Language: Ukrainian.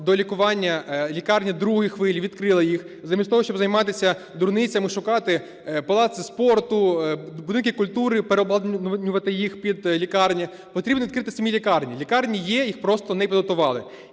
до лікування лікарні другої хвилі, відкрили їх, замість того щоб займатися дурницями: шукати палаци спорту, будинки культури, переобладнувати їх під лікарні, - потрібно відкрити самі лікарні. Лікарні є, їх просто не підготували.